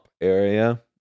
area